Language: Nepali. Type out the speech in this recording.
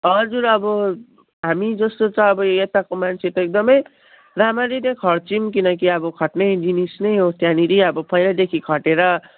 हजुर अब हामीजस्तो त अब यताको मान्छे त एकदमै रामरी नै खट्छौँ किनकि अब खट्ने जिनिस नै हो त्यहाँनिर अब पहिल्यैदेखि खटेर